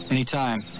Anytime